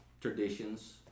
traditions